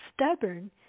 stubborn